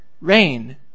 rain